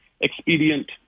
expedient